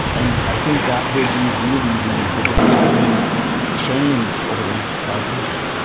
and i think that will be really the the defining change over the next five years.